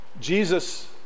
Jesus